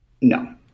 no